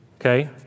okay